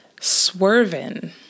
swerving